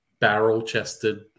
barrel-chested